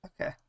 okay